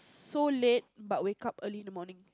so late but wake up early in the morning